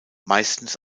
meistens